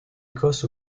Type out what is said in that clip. écosse